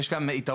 יש גם יתרון,